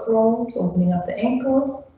opening up the ankle.